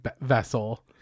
vessel